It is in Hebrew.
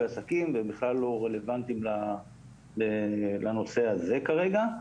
עסקים והם בכלל לא רלוונטיים לנושא הזה כרגע,